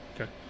Okay